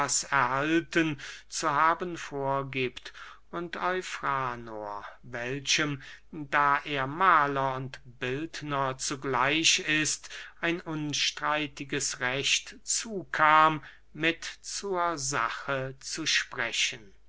erhalten zu haben vorgiebt und eufranor welchem da er mahler und bildner zugleich ist ein unstreitiges recht zukam mit zur sache zu sprechen